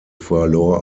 verlor